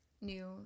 New